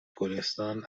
گلستان